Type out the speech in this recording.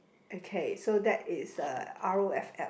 okay so that is uh r_o_f_l